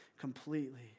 completely